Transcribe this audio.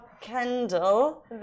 Kendall